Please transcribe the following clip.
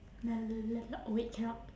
oh wait cannot